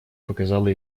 показала